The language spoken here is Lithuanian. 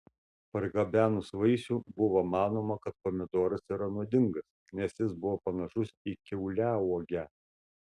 pargabenus vaisių buvo manoma kad pomidoras yra nuodingas nes jis buvo panašus į kiauliauogę